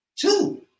Two